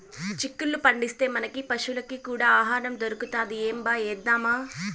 చిక్కుళ్ళు పండిస్తే, మనకీ పశులకీ కూడా ఆహారం దొరుకుతది ఏంబా ఏద్దామా